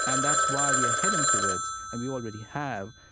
and that's why we are heading towards and we already have,